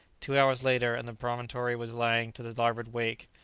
two hours later, and the promontory was lying to the larboard wake.